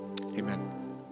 Amen